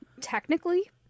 technically